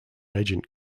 agent